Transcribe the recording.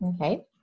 Okay